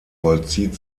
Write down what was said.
vollzieht